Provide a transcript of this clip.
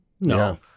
No